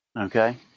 okay